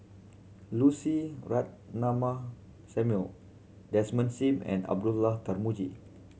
Lucy Ratnammah Samuel Desmond Sim and Abdullah Tarmugi